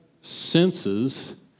senses